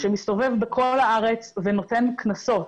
שמסתובב בכל הארץ ונותן קנסות,